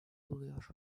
buluyor